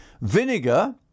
Vinegar